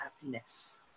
happiness